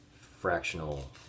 fractional